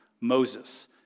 Moses